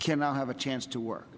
can now have a chance to work